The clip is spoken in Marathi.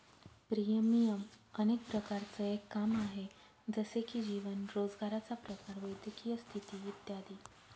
प्रीमियम अनेक प्रकारांचं एक काम आहे, जसे की जीवन, रोजगाराचा प्रकार, वैद्यकीय स्थिती इत्यादी